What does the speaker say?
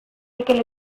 mikel